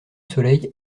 soleil